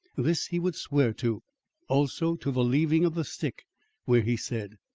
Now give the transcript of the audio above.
this he would swear to also, to the leaving of the stick where he said.